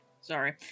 Sorry